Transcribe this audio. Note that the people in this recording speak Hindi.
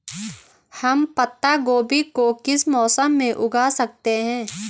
हम पत्ता गोभी को किस मौसम में उगा सकते हैं?